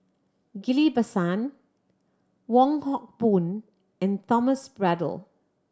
Ghillie Basan Wong Hock Boon and Thomas Braddell